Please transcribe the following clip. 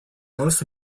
also